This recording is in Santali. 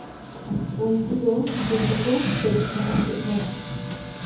ᱩᱱᱠᱩ ᱫᱚ ᱡᱚᱛᱚ ᱠᱚ ᱨᱮᱡ ᱪᱟᱵᱟ ᱠᱮᱫ ᱵᱚᱱᱟ